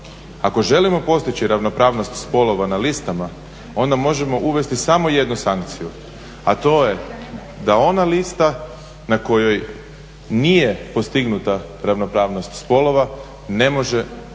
Ako želimo postići ravnopravnost spolova na listama onda možemo uvesti samo jednu sankciju, a to je da ona lista na kojoj nije postignuta ravnopravnost spolova ne može biti